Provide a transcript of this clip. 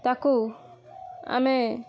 ତାକୁ ଆମେ